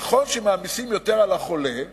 ככל שמעמיסים יותר על החולה,